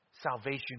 salvation